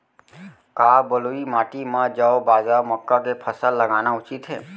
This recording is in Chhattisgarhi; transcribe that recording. का बलुई माटी म जौ, बाजरा, मक्का के फसल लगाना उचित हे?